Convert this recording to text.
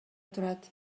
турат